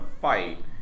fight